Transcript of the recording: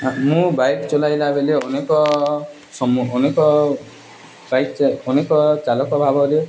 ମୁଁ ବାଇକ୍ ଚଲାଇଲା ବେଲେ ଅନେକ ସମ ଅନେକ ଅନେକ ଚାଲକ ଭାବରେ